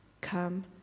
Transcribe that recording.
come